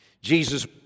Jesus